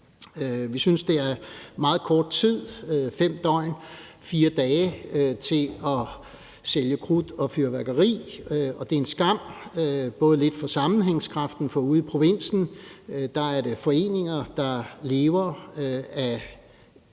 Vi synes, det er meget kort tid – 5 døgn, 4 dage – til at sælge krudt og fyrværkeri, og det er en skam, også lidt for sammenhængskraften. For ude i provinsen er der foreninger, der for en